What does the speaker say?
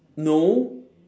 no